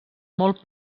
molt